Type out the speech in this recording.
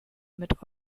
mit